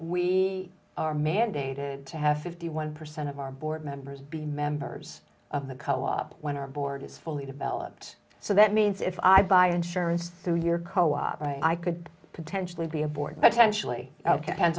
we are mandated to have fifty one percent of our board members be members of the co op when our board is fully developed so that means if i buy insurance through your co op right i could potentially be a board potentially